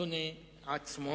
השונא עצמו,